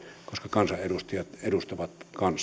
kansanedustajat edustavat kansaa